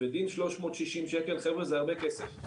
ודין 360 שקלים חבר'ה זה הרבה כסף.